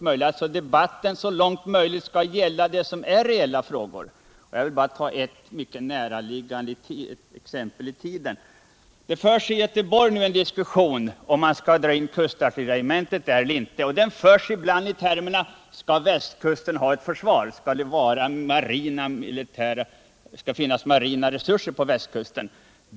Debatter skall, så långt möjligt, gälla det som är reella frågor. Jag vill bara ta ett i tiden mycket näraliggande exempel. Det förs nu i Göteborg en diskussion om huruvida man skall dra in kustartilleriregementet däreller inte. Den förs ibland i termerna: Skall västkusten ha ett försvar? Skall det finnas militära resurser på västkusten?